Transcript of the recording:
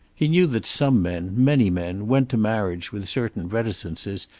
he knew that some men, many men, went to marriage with certain reticences,